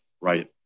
right